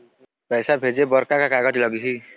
पैसा भेजे बर का का कागज लगही?